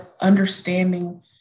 understanding